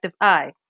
Eye